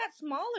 smaller